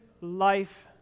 life